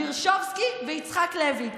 וירשובסקי ויצחק לוי.